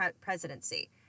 presidency